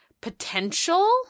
potential